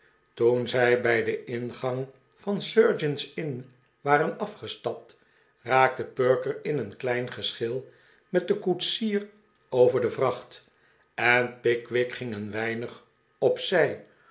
toen zij bij den ingang van sergeants inn waren afgestapt raakte perker in een klein geschil met den koetsier over de vracht en pickwick ging een weinig op